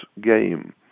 game